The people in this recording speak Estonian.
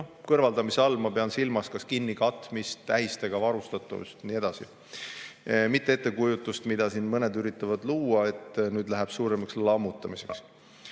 Kõrvaldamise all ma pean silmas kinnikatmist, tähistega varustatust ja nii edasi, mitte ettekujutust, mida siin mõned üritavad luua, et nüüd läheb suuremaks lammutamiseks.